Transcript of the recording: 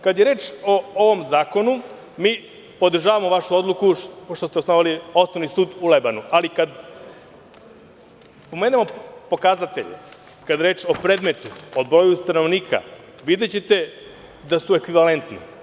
Kada je reč o ovom zakonu, podržavamo vašu odluku što ste osnovali Osnovni sud u Lebanu, ali kada spomenemo pokazatelje i kada je reč o predmetu, broju stanovnika, videćete da su ekvivalentni.